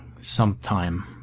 sometime